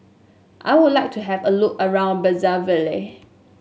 I would like to have a look around Brazzaville